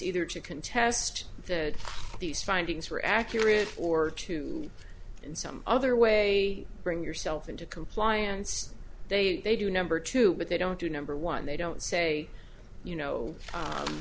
either to contest that these findings were accurate or to in some other way bring yourself into compliance they they do number two but they don't do number one they don't say you